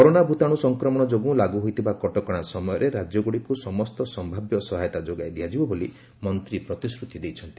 corona ଭୂତାଣୁ ସଂକ୍ରମଣ ଯୋଗୁଁ ଲାଗୁ ହୋଇଥିବା କଟକଣା ସମୟରେ ରାଜ୍ୟଗୁଡ଼ିକୁ ସମସ୍ତ ସମ୍ଭାବ୍ୟ ସହାୟତା ଯୋଗାଇ ଦିଆଯିବ ବୋଲି ମନ୍ତ୍ରୀ ପ୍ରତିଶ୍ରତି ଦେଇଛନ୍ତି